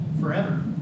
forever